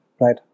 Right